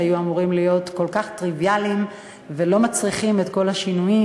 שהיו אמורים להיות כל כך טריוויאליים ולא מצריכים את כל השינויים,